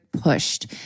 pushed